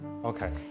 Okay